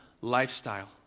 lifestyle